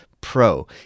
Pro